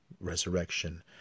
resurrection